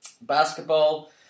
basketball